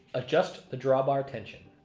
adjust the drawbar tension.